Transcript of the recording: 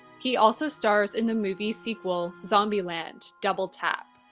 he also stars in the movie's sequel zombieland double tap.